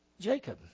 Jacob